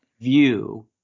view